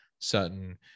certain